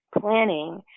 planning